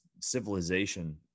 civilization